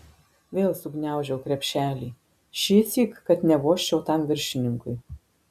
vėl sugniaužiau krepšelį šįsyk kad nevožčiau tam viršininkui